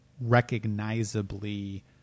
recognizably